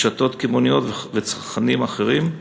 רשתות קמעונאיות וצרכנים אחרים,